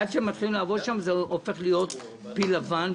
עד שמתחילים לעבוד שם זה הופך להיות פיל לבן,